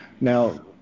Now